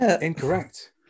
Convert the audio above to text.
Incorrect